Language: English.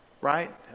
right